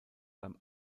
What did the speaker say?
beim